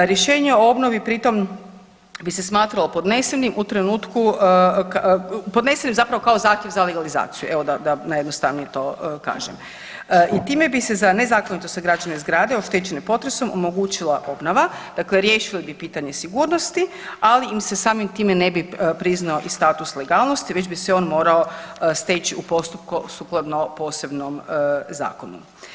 Rješenje o obnovi pritom bi se smatralo podnesenim u trenutku, .../nerazumljivo/... podnesenim zapravo kao zahtjev za legalizaciju, evo, da najjednostavnije to kažem i time bi se za nezakonito sagrađene zgrade oštećene potresom omogućila obnova, dakle riješili bi pitanje sigurnosti, ali im se samim time ne bi priznao i status legalnosti već bi se on morao steći u postupku sukladno posebnom zakonu.